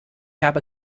habe